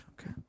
Okay